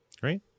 great